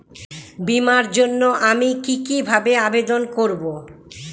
বিমার জন্য আমি কি কিভাবে আবেদন করব?